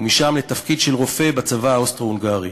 ומשם לתפקיד של רופא בצבא האוסטרו-הונגרי.